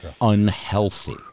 unhealthy